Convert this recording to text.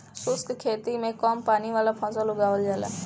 शुष्क खेती में कम पानी वाला फसल उगावल जाला